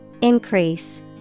Increase